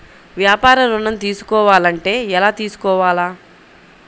వ్యాపార ఋణం తీసుకోవాలంటే ఎలా తీసుకోవాలా?